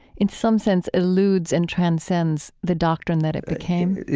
in some sense, eludes and transcends the doctrine that it became?